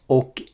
och